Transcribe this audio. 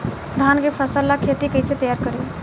धान के फ़सल ला खेती कइसे तैयार करी?